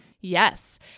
Yes